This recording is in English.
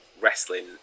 wrestling